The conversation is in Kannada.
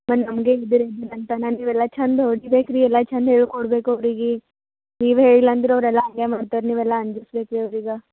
ನಮ್ಗೆ ಅಂತಾನ ನೀವೆಲ್ಲ ಚಂದ ಹೊಡಿಬೇಕು ರೀ ಎಲ್ಲ ಚಂದ ಹೇಳ್ಕೊಡ್ಬೇಕು ಅವ್ರಿಗೆ ನೀವು ಹೇಳಿಲ್ಲ ಅಂದ್ರ ಅವರೆಲ್ಲ ಹಾಗೆ ಮಾಡ್ತಾರೆ ನೀವೆಲ್ಲ ಅಂಜಸ್ಬೇಕು ರೀ ಅವ್ರಿಗೆ